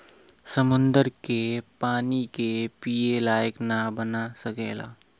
समुन्दर के पानी के पिए लायक ना बना सकेला